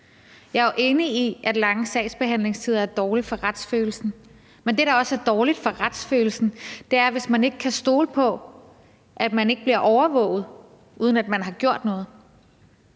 Jeg er jo enig i, at lange sagsbehandlingstider er dårligt for retsfølelsen, men det, der også er dårligt for retsfølelsen, er, hvis man ikke kan stole på, at man ikke bliver overvåget, uden at man har gjort noget.